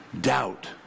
doubt